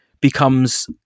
becomes